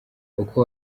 uko